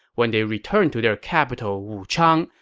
when they returned to their capital wuchang,